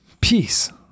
peace